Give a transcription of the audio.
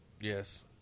Yes